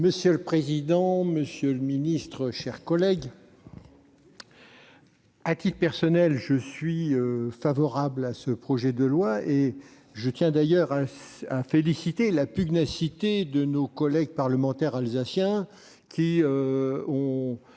Monsieur le président, monsieur le ministre, mes chers collègues, à titre personnel, je suis favorable à ce projet de loi, et je tiens d'ailleurs à féliciter nos collègues parlementaires alsaciens pour